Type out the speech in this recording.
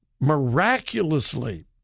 Miraculously